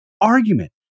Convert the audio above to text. argument